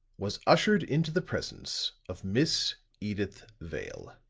was ushered into the presence of miss edyth vale.